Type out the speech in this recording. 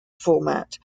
format